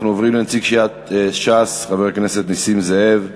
אנחנו עוברים לנציג סיעת ש"ס, חבר הכנסת נסים זאב.